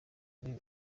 azwiho